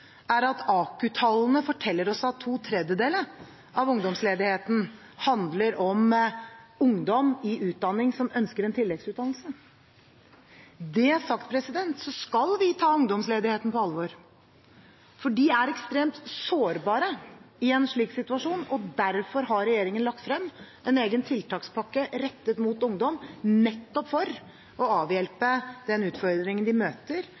er at AKU-tallene forteller oss at to tredjedeler av ungdomsledigheten handler om ungdom i utdanning som ønsker en tilleggsutdannelse. Det sagt, så skal vi ta ungdomsledigheten på alvor, for ungdommer er ekstremt sårbare i en slik situasjon. Derfor har regjeringen lagt frem en egen tiltakspakke rettet mot ungdom nettopp for å avhjelpe den utfordringen de møter